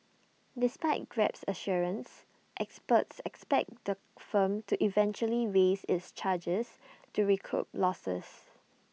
despite grab's assurances experts expect the firm to eventually raise its charges to recoup losses